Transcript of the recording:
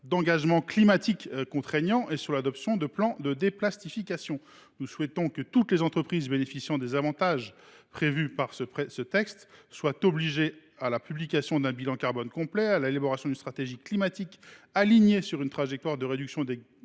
engagements climatiques contraignants et à l’adoption de plans de « déplastification ». Nous souhaitons que toutes les entreprises bénéficiant des avantages prévus dans ce texte soient soumises à l’obligation de publier un bilan carbone complet, d’élaborer une stratégie climatique alignée sur une trajectoire de réduction des